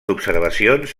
observacions